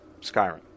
Skyrim